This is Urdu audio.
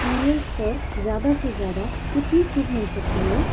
سیریئلس پر زیادہ سے زیادہ کتنی چھوٹ مل سکتی ہے